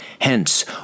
Hence